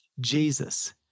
Jesus